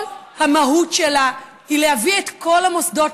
כל המהות שלה היא להביא את כל המוסדות